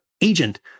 agent